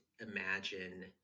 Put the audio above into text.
imagine